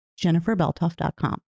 jenniferbeltoff.com